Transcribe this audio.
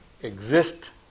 exist